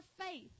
faith